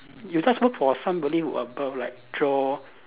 you just look for somebody who above like draw